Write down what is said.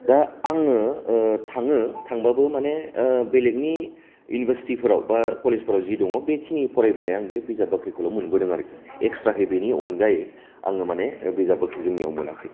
दा आङो ओ थाङो थांब्लाबो माने ओ बेलेगनि इउनिभारसिटि फोराव बा कलेजफोराव जि दङ बेखिनि फरायबोनाया आं बे बिजाब बाख्रिखौल' मोनबोदों आरखि एक्सट्रायै बिनि अनगायै आङो माने बिजाब बाख्रि जोंनियाव मोनाखै